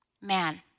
man